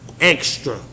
extra